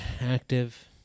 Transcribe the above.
active